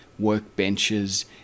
workbenches